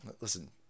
listen